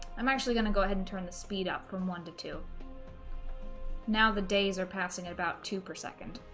i'm actually going to go ahead and turn the speed up from one to to now the days are passing at about two per second